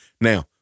Now